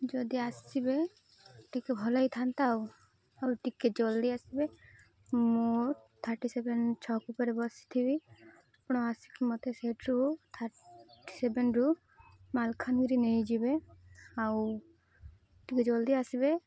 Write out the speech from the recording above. ଯଦି ଆସିବେ ଟିକେ ଭଲ ହେଇଥାନ୍ତା ଆଉ ଆଉ ଟିକେ ଜଲ୍ଦି ଆସିବେ ମୁଁ ଥାର୍ଟି ସେଭେନ୍ ଛକ ଉପରେ ବସିଥିବି ଆପଣ ଆସିକି ମୋତେ ସେଠାରୁ ଥାର୍ଟି ସେଭେନରୁୁ ମାଲକାନଗିରି ନେଇଯିବେ ଆଉ ଟିକେ ଜଲ୍ଦି ଆସିବେ